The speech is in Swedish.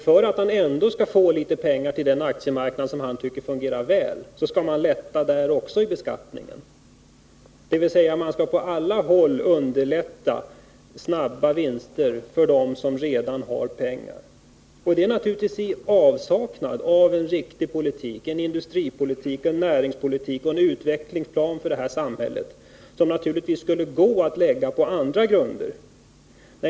För att ändå få litet pengar till den aktiemarknad som han tycker fungerar så väl skall man lätta beskattningen där också, dvs. man skall på alla håll underlätta möjligheterna till snabba vinster för dem som redan har pengar. Detta är naturligtvis i avsaknad av riktig industripolitik, näringspolitik och en utvecklingsplan för samhället som skulle bygga på andra grunder.